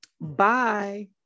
Bye